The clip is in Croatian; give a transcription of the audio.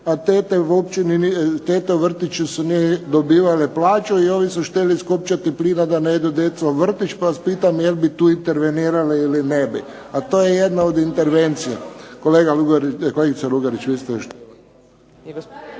a tete u vrtiću nisu dobivali plaću i ovi su htjeli iskopčati plin da ne idu djeca u vrtić. Pa vas pitam jel bi tu intervenirali ili ne bi, a to je jedna od intervencija. Kolegice Lugarić, vi ste još.